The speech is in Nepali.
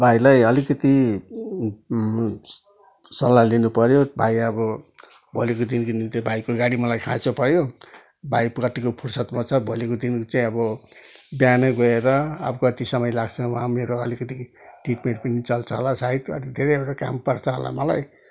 भाइलाई अलिकति सल्लाह लिनुपऱ्यो भाइ अब भोलिको दिनको निम्ति भाइको गाडी मलाई खाँचो पऱ्यो भाइको कत्तिको फुर्सदमा छ भोलिको दिन चाहिँ अब बिहानै गएर अब कति समय लाग्छ वहाँ मेरो अलिकति ट्रिटमेन्ट पनि चल्छ होला सायद अनि धेरैवटा काम पर्छ होला मलाई